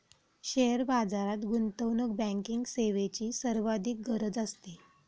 share बाजारात गुंतवणूक banking सेवेची सर्वाधिक गरज असते